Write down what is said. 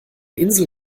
insel